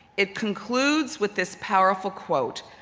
it concludes with this powerful quote,